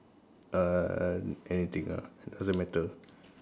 uh anything ah it doesn't matter